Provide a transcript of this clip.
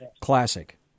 Classic